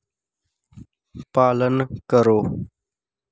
पालन करो